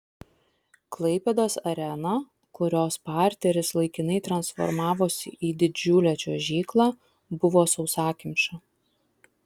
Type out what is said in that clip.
klaipėdos arena kurios parteris laikinai transformavosi į didžiulę čiuožyklą buvo sausakimša